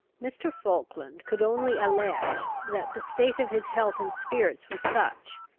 mr. falkland could only allege, that the state of his health and spirits was such,